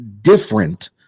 different